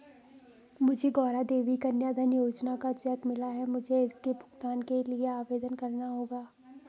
मुझे गौरा देवी कन्या धन योजना का चेक मिला है मुझे इसके भुगतान के लिए कैसे आवेदन करना होगा?